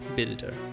Builder